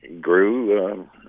grew